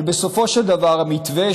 אבל בסופו של דבר המתווה